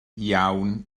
iawn